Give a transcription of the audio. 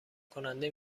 کننده